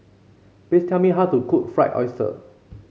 please tell me how to cook Fried Oyster